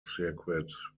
circuit